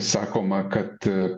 sakoma kad